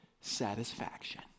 satisfaction